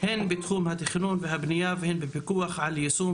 הן בתחום התכנון והבנייה והן בפיקוח על יישום